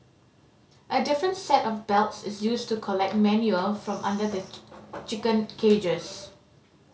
a different set of belts is used to collect manure from under the chicken cages